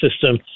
system